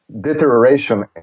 deterioration